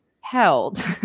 held